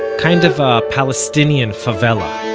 kind of a palestinian favela